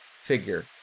figure